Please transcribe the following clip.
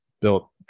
built